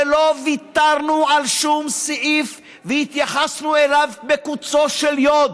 כי לא ויתרנו על שום סעיף והתייחסנו אליהם בקוצו של יו"ד.